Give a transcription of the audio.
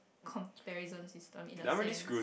comparison system in the sense